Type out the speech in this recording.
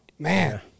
man